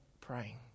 praying